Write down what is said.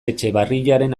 etxebarriaren